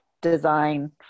design